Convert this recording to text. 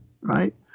right